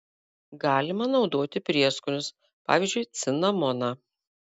galima naudoti prieskonius pavyzdžiui cinamoną